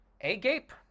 Agape